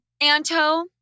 Anto